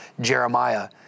Jeremiah